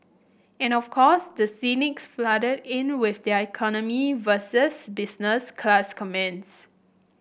and of course the cynics flooded in with their economy versus business class comments